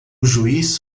juiz